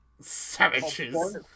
Savages